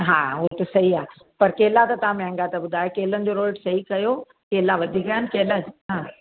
हा उहो त सही आहे पर केला त तव्हां महांगा था ॿुधायो केलनि जो रोट सही कयो केला वधीक आहिनि केला हा